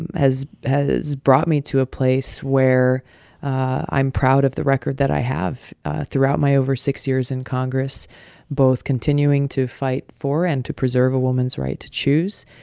and has has brought me to a place where i'm proud of the record that i have throughout my over six years in congress both continuing to fight for and to preserve a woman's right to choose,